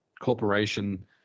corporation